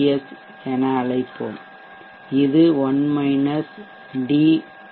S என்று அழைப்பேன் இது 1 டி டி